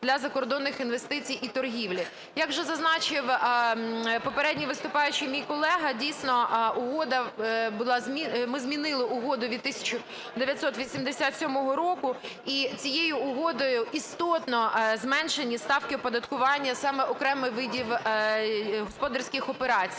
для закордонних інвестицій і торгівлі. Як вже зазначив попередній виступаючий мій колега, дійсно, угода була, ми змінили угоду від 1987 року, і цією угодою істотно зменшені ставки оподаткування саме окремих видів господарських операцій.